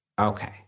Okay